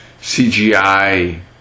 CGI